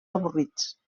avorrits